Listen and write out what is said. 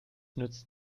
nützt